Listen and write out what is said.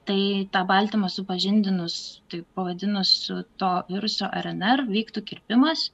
tai tą baltymą supažindinus taip pavadinus to viruso rnr vyktų kirpimas